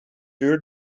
duur